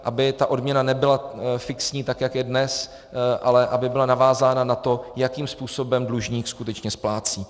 Aby ta odměna nebyla fixní, tak jak je dnes, ale aby byla navázána na to, jakým způsobem dlužník skutečně splácí.